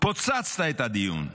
פוצצת את הדיון.